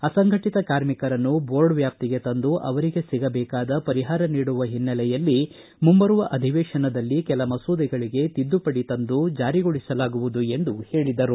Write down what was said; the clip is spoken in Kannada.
ಅಸಂಘಟತ ಕಾರ್ಮಿಕರನ್ನು ಬೋರ್ಡ್ ವ್ಯಾಪ್ತಿಗೆ ತಂದು ಅವರಿಗೆ ಸಿಗಬೇಕಾದ ಪರಿಹಾರ ನೀಡುವ ಹಿನ್ನಲ್ಲೆಯಲ್ಲಿ ಮುಂಬರುವ ಅಧಿವೇಶನದಲ್ಲಿ ಕೆಲ ಮಸೂದೆಗಳಿಗೆ ತಿದ್ದುಪಡೆದ ತಂದು ಜಾರಿಗೊಳಿಸಲಾಗುವುದು ಎಂದು ಹೇಳಿದರು